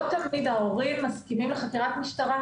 לא תמיד ההורים מסכימים לחקירת משטרה,